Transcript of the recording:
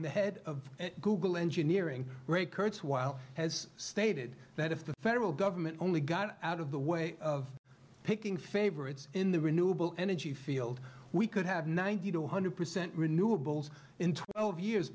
when the head of google engineering rate kurtz while has stated that if the federal government only got out of the way of picking favorites in the renewable energy field we could have ninety to one hundred percent renewables in twelve years